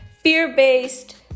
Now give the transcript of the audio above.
Fear-based